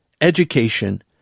Education